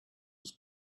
was